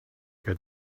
get